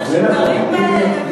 אנשים גרים בהם.